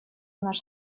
наш